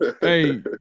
Hey